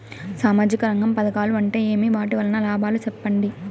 సామాజిక రంగం పథకాలు అంటే ఏమి? వాటి వలన లాభాలు సెప్పండి?